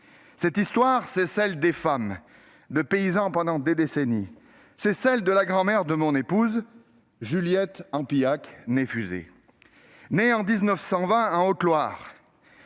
Cette histoire, c'est celle qu'ont vécue les femmes de paysans pendant des décennies, c'est celle de la grand-mère de mon épouse, Juliette Ampilhac, née Fuzet. Elle est née en 1920, en Haute-Loire,